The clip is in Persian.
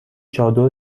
چادر